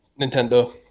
nintendo